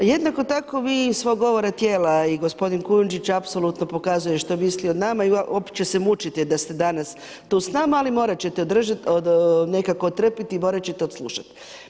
Jednako tako vi iz svog govora tijela i gospodin Kujundžić apsolutno pokazuje što misli o nama uopće se mučite da ste se danas tu s nama ali morate ćete nekako trpiti i morat ćete odslušat.